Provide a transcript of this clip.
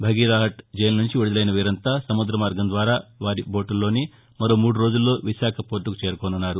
Bagerhat jail నుంచి విడుదలైన వీరంతా సముద్ర మార్గం ద్వారా వారి బోటులోనే మరో మూడు రోజుల్లో విశాఖ పోర్లుకు చేరుకోనున్నారు